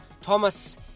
Thomas